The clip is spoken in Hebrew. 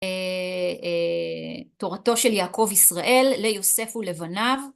תורתו של יעקב ישראל ליוסף ולבניו.